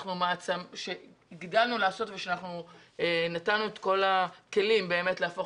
והגדלנו לעשות ואנחנו נתנו את כל הכלים להפוך